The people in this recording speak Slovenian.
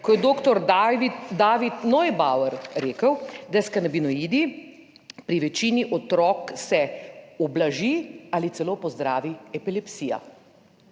ko je doktor David Neubauer rekel, da s kanabinoidi pri večini otrok se ublaži ali celo pozdravi epilepsija.